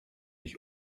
ich